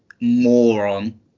moron